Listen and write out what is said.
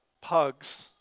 pugs